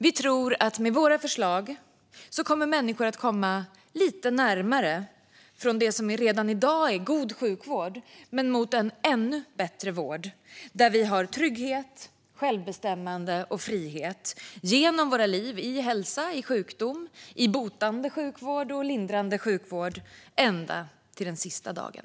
Vi tror att med våra förslag kommer människor från det som redan i dag är god sjukvård att komma lite närmare en ännu bättre vård, där vi har trygghet, självbestämmande och frihet genom våra liv i hälsa, sjukdom, botande sjukvård och lindrande sjukvård ända till den sista dagen.